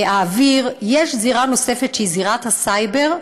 האוויר, יש זירה נוספת, שהיא זירת הסייבר.